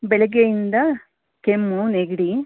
ಬೆಳಗ್ಗೆಯಿಂದ ಕೆಮ್ಮು ನೆಗಡಿ